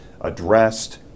addressed